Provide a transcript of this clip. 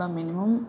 minimum